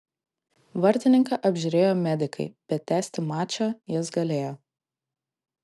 vartininką apžiūrėjo medikai bet tęsti mačą jis galėjo